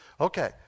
Okay